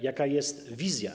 Jaka jest wizja?